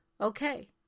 Okay